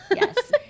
Yes